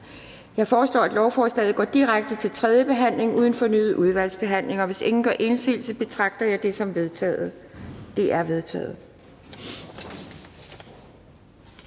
Jeg foreslår, at lovforslaget går direkte til tredje behandling uden fornyet udvalgsbehandling. Hvis ingen gør indsigelse, betragter jeg det som vedtaget. Det er vedtaget.